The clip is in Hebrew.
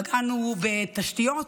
פגענו בתשתיות,